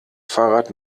fahrrad